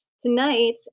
Tonight